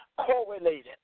correlated